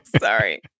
Sorry